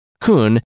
Kun